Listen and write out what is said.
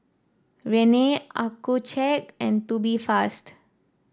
Rene Accucheck and Tubifast